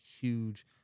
huge